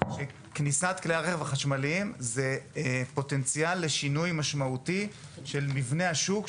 כניסתם זה פוטנציאל לשינוי משמעותי של מבנה השוק,